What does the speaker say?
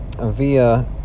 via